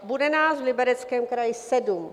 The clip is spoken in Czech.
Bude nás v Libereckém kraji sedm.